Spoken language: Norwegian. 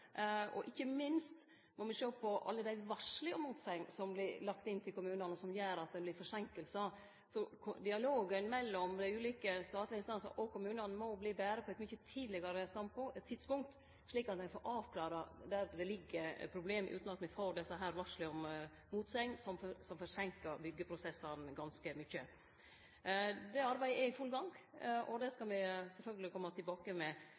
Ikkje minst må me sjå på alle dei varsla om motsegner som vert lagt inn til kommunane, og som gjer at det blir forseinkingar. Dialogen mellom dei ulike statlege instansane og kommunane må verte betre på eit mykje tidlegare tidspunkt, slik at ein får avklara der problemet ligg – utan at me får desse varsla om motsegn, som forseinkar byggjeprosessane ganske mykje. Det arbeidet er i full gang, og det skal me sjølvsagt kome tilbake